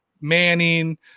Manning